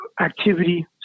activity